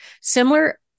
Similar